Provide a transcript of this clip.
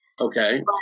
Okay